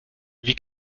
wie